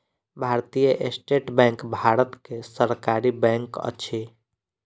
भारतीय state bank Bharat के सरकारी बैंक अछि